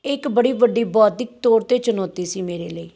ਇਹ ਇੱਕ ਬੜੀ ਵੱਡੀ ਬੌਧਿਕ ਤੌਰ 'ਤੇ ਚੁਣੌਤੀ ਸੀ ਮੇਰੇ ਲਈ